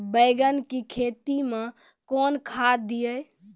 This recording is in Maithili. बैंगन की खेती मैं कौन खाद दिए?